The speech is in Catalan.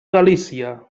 galícia